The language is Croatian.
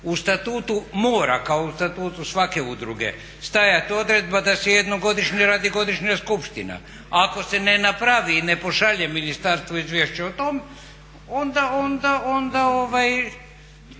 U statutu mora kao u statutu svake udruge stajati odredba da se jednom godišnje radi godišnja skupština. Ako se ne napravi i ne pošalje ministarstvo izvješće o tom onda ta organizacija